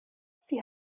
sie